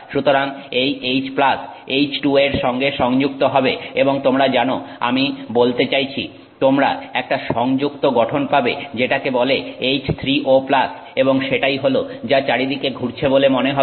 সুতরাং এই H H2O এর সঙ্গে সংযুক্ত হবে এবং তোমরা জানো আমি বলতে চাইছি তোমরা একটা সংযুক্ত গঠন পাবে যেটাকে বলে H3O এবং সেটাই হলো যা চারিদিকে ঘুরছে বলে মনে হবে